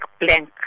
Blank